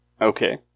Okay